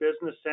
business